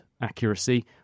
accuracy